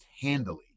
handily